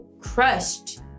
crushed